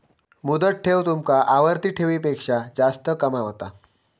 मुदत ठेव तुमका आवर्ती ठेवीपेक्षा जास्त कमावता